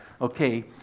okay